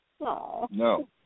No